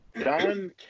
Don